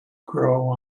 grow